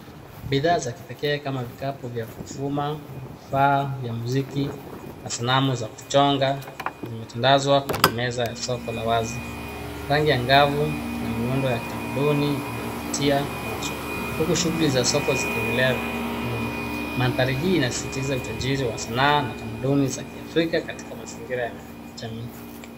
Bidhaa za kipekee kama vikapu vya kufuma, vifaa vya muziki na sanamu za kuchongwa vimetandazwa kwenye meza ya soko la wazi. Rangi angavu na miundo ya kitamaduni vinavutia macho huku shughuli za soko zikiendelea nyuma. Mandhari hii inasisitiza utajiri wa sanaa na taamduni za kiafrika katika mazingira ya kijamii.